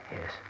Yes